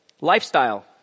lifestyle